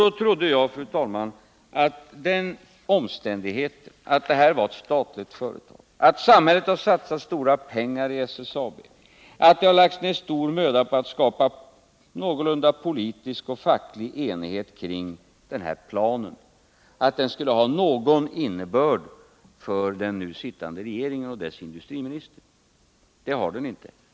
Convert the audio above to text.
Jag trodde, fru talman, att den omständigheten att detta var ett statligt företag, att samhället har satsat stora pengar i SSAB och att det har lagts ner stor möda på att skapa någorlunda politisk och facklig enighet kring denna plan skulle innebära att strukturplanen hade någon innebörd för den sittande regeringen och dess industriminister. Det har den dock inte.